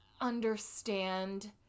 understand